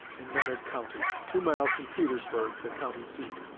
in menard county, two miles from petersburg, the county seat.